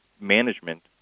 management